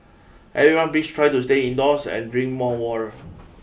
everyone please try to stay indoors and drink more water